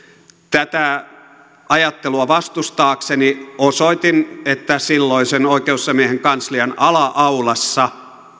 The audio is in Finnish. tätä ajattelua vastustaakseni osoitin että silloisen oikeusasiamiehen kanslian ala aulassa